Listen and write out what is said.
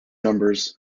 numbers